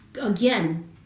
again